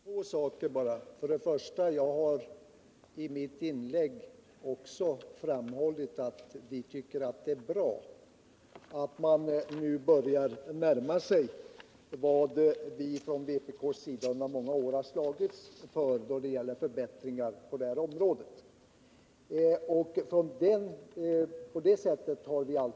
Herr talman! Jag vill bara ta upp två saker. För det första har jag i mitt inlägg framhållit att vi tycker att det är bra att man nu börjar närma sig de förbättringar på det här området som vi från vpk under många år har slagits för.